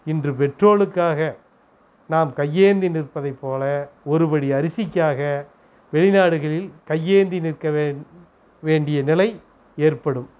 இன்று பெட்ரோலுக்காக நாம் கையேந்தி நிற்பதைப் போல ஒரு படி அரிசிக்காக வெளிநாடுகளில் கையேந்தி நிற்க வேண் வேண்டிய நிலை ஏற்படும்